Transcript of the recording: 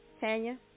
Tanya